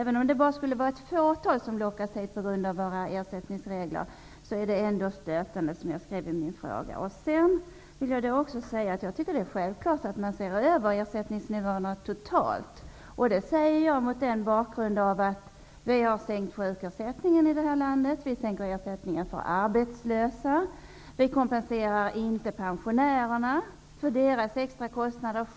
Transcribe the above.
Även om bara ett fåtal lockas hit på grund av våra ersättningsregler, är det ändå stötande, som jag skrev i min fråga. Jag tycker att det är självklart att man skall se över ersättningsnivåerna totalt. Detta säger jag mot bakgrund av att vi i detta land har sänkt sjukersättningen och arbetslöshetsersättning och inte kompenserar pensionärerna för deras extrakostnader.